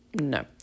no